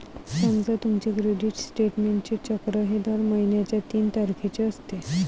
समजा तुमचे क्रेडिट स्टेटमेंटचे चक्र हे दर महिन्याच्या तीन तारखेचे असते